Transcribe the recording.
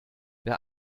wer